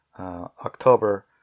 October